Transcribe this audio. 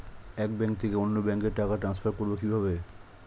এক ব্যাংক থেকে অন্য ব্যাংকে টাকা ট্রান্সফার করবো কিভাবে?